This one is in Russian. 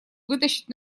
вытащить